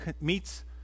meets